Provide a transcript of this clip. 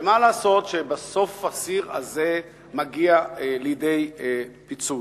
ומה לעשות שבסוף הסיר הזה מגיע לידי פיצוץ.